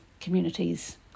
communities